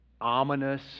ominous